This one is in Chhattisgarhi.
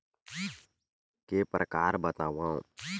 के प्रकार बतावव?